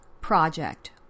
Project